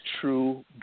true